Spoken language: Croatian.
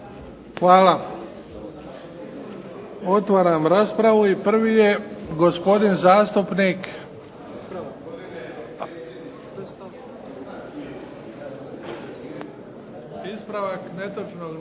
Hvala. Otvaram raspravu i prvi je gospodin zastupnik. Ispravak netočnog